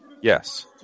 Yes